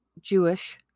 Jewish